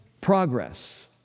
progress